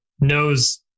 knows